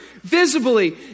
visibly